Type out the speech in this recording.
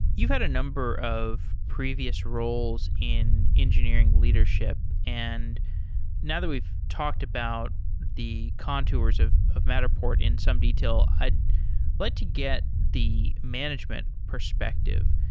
you've had a number of previous roles in engineering leadership, and now that we've talked about the contours of of matterport in some detail, i'd like to get the management perspective.